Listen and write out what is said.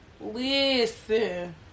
Listen